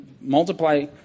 multiply